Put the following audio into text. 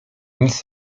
nic